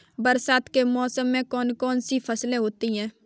बरसात के मौसम में कौन कौन सी फसलें होती हैं?